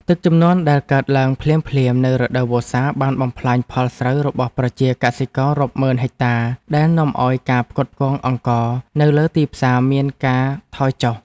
ទឹកជំនន់ដែលកើតឡើងភ្លាមៗនៅរដូវវស្សាបានបំផ្លាញផលស្រូវរបស់ប្រជាកសិកររាប់ម៉ឺនហិកតាដែលនាំឱ្យការផ្គត់ផ្គង់អង្ករនៅលើទីផ្សារមានការថយចុះ។